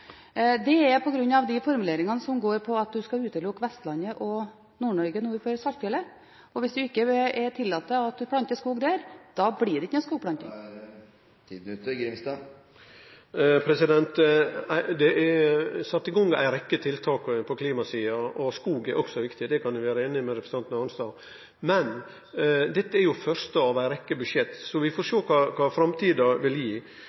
de formuleringene som handler om at man skal utelukke Vestlandet og Nord-Norge nord for Saltfjellet. Hvis man ikke tillater å plante skog der, blir det ikke noen skogplanting. Det er sett i gang ei rekkje tiltak på klimasida, og skog er også viktig, det kan eg vere einig med representanten Arnstad i. Men dette er det første av ei rekkje budsjett, så vi får sjå kva framtida vil gi.